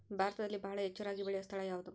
ಭಾರತದಲ್ಲಿ ಬಹಳ ಹೆಚ್ಚು ರಾಗಿ ಬೆಳೆಯೋ ಸ್ಥಳ ಯಾವುದು?